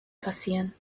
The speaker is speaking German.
passieren